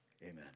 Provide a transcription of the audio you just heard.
Amen